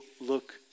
look